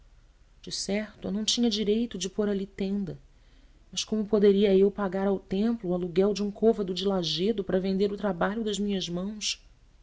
sol decerto eu não tinha direito de pôr ali tenda mas como poderia eu pagar ao templo o aluguer de um côvado de lajedo para vender o trabalho das minhas mãos